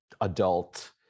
adult